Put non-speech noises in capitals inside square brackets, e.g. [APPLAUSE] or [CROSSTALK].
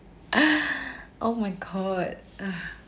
[BREATH] oh my god [BREATH]